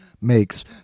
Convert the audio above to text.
makes